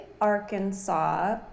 Arkansas